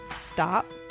stop